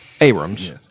Abrams